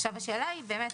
השאלה היא באמת